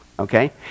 Okay